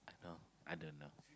I know I don't know